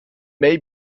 may